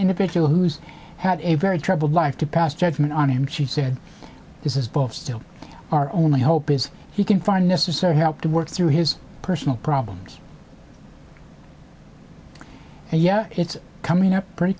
individual who's had a very troubled life to pass judgment on him she said this is both still our only hope is he can find necessary help to work through his personal problems and yeah it's coming up pretty